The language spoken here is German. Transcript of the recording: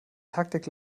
taktik